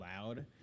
loud